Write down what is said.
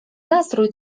nastrój